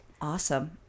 Awesome